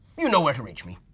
you know where to reach me.